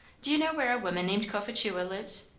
do you know where a woman named cophetua lives?